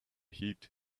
heat